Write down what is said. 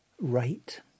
right